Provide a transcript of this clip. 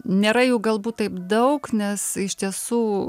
nėra jų galbūt taip daug nes iš tiesų